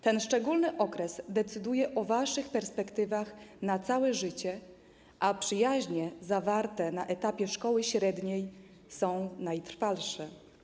Ten szczególny okres decyduje o waszych perspektywach na całe życie, a przyjaźnie zawarte na etapie szkoły średniej są najtrwalsze.